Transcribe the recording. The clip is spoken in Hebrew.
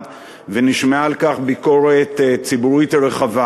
ונשמעה על כך ביקורת ציבורית רחבה.